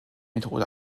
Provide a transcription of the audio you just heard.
methode